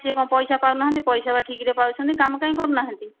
ସେ କଣ ପଇସା ପାଉନାହାନ୍ତି ପଇସା ପରା ଠିକରେ ପାଉଛନ୍ତି କାମ କାହିଁକି କରୁନାହାନ୍ତି